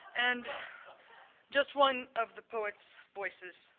and just one of the poet's voices,